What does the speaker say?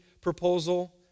proposal